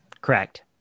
Correct